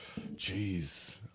Jeez